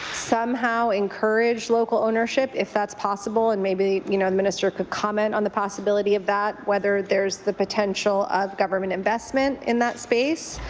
somehow encourage local ownership if that's possible and maybe you know the minister could comment on the possibility of that, whether there is the potential of government investment in that space,